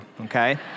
okay